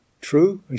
True